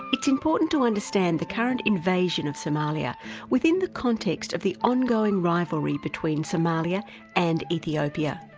it's important to understand the current invasion of somalia within the context of the ongoing rivalry between somalia and ethiopia.